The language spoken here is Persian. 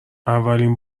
اولین